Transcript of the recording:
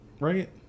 Right